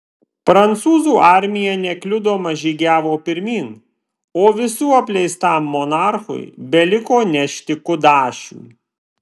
prancūzų armija nekliudoma žygiavo pirmyn o visų apleistam monarchui beliko nešti kudašių